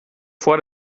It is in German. vor